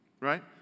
right